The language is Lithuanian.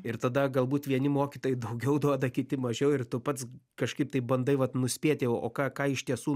ir tada galbūt vieni mokytojai daugiau duoda kiti mažiau ir tu pats kažkaip tai bandai vat nuspėti o ką ką iš tiesų